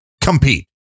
compete